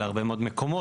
להרבה מאוד מקומות.